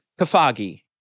Kafagi